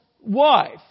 wife